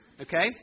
Okay